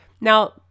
Now